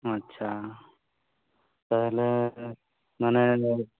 ᱟᱪᱪᱷᱟ ᱛᱟᱦᱚᱞᱮ ᱢᱟᱱᱮ